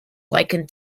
likened